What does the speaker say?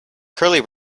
curly